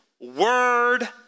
word